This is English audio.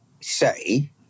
say